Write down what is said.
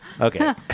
Okay